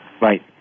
Right